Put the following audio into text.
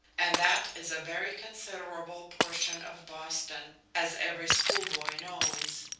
and that is a very considerable portion of boston, as every schoolboy knows.